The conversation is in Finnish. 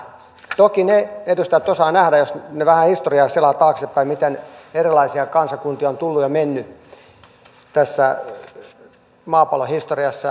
toki edustajat osaavat nähdä jos vähän historiaa selaavat taaksepäin miten erilaisia kansakuntia on tullut ja mennyt tässä maapallon historiassa